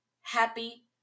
happy